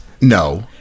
No